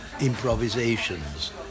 improvisations